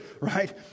right